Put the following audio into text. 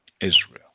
Israel